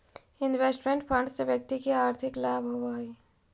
investment fund से व्यक्ति के आर्थिक लाभ होवऽ हई